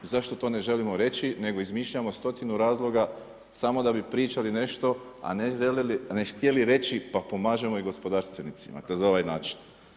Zašto to ne želimo reći, nego izmišljamo stotinu razloga samo da bi pričali nešto a ne htjeli reći pa pomažemo i gospodarstvenicima kroz ovaj način.